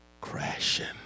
crashing